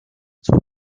zur